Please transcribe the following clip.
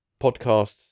podcasts